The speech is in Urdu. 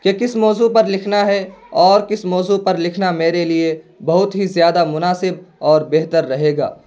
کہ کس موضوع پر لکھنا ہے اور کس موضوع پر لکھنا میرے لیے بہت ہی زیادہ مناسب اور بہتر رہے گا